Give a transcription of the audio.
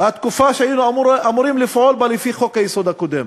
התקופה שהיינו אמורים לפעול בה לפי חוק-היסוד הקודם.